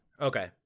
Okay